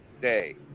Day